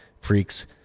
freaks